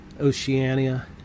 Oceania